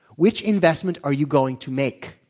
which investment are you going to make?